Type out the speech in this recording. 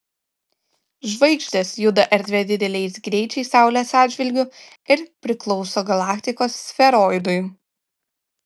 žvaigždės juda erdve dideliais greičiais saulės atžvilgiu ir priklauso galaktikos sferoidui